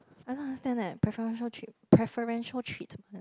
I don't understand eh preferential treat~ preferential treatment